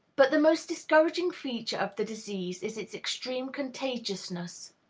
but the most discouraging feature of the disease is its extreme contagiousness.